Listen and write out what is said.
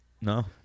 No